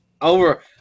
Over